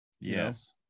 yes